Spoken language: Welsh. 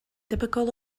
debygol